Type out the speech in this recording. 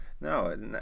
No